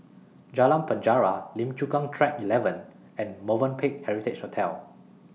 Jalan Penjara Lim Chu Kang Track eleven and Movenpick Heritage Hotel